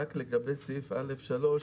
לגבי סעיף (א)(3),